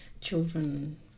Children